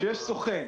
שיש סוכן.